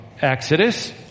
Exodus